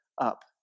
up